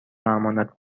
امانات